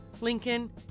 Lincoln